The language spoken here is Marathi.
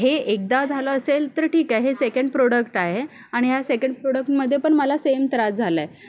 हे एकदा झालं असेल तर ठीक आहे हे सेकंड प्रोडक्ट आहे आणि या सेकंड प्रोडक्टमध्ये पण मला सेम त्रास झाला आहे